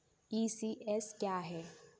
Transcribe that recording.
ECS क्या है?